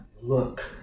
Look